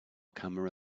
camera